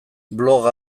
blog